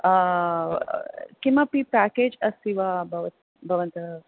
किमपि पेकेज् अस्ति वा भव भवन्तः